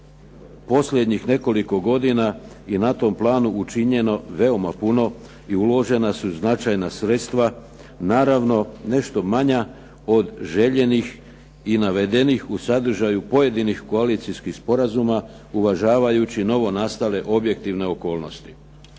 posljednjih nekoliko godina i na tom planu učinjeno veoma puno i uložena su značajna sredstva, naravno nešto manja od željenih i navedenih u sadržaju pojedinih koalicijskih sporazuma uvažavajući novonastale objektivne okolnosti.